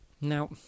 Now